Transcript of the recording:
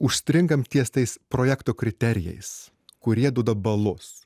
užstringam ties tais projekto kriterijais kurie duoda balus